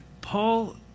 Paul